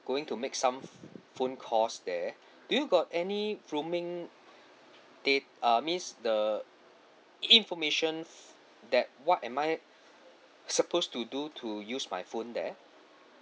going to make some phone calls there do you got any roaming dat~ uh means the informations that what am I suppose to do to use my phone there